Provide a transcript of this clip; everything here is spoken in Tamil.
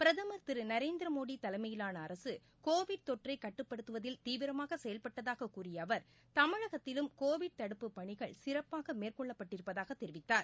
பிரதமர் திரு நரேந்திரமோடி தலைமையிலான அரசு கோவிட் தொற்றை கட்டுப்படுத்துவதில் தீவிரமாக செயல்பட்டதாக கூறிய அவர் தமிழகத்திலும் கோவிட் தடுப்பு பணிகள் சிறப்பாக மேற்கொள்ளப்பட்டிருப்பதாக தெரிவித்தார்